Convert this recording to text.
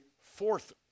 fourth